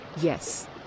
Yes